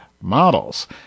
models